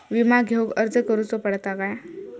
विमा घेउक अर्ज करुचो पडता काय?